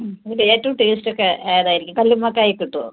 ഇവിടെ ഏറ്റവും ടേസ്റ്റ് ഒക്കെ ഏത് ആയിരിക്കും കല്ലുമ്മക്കായ് കിട്ടുമോ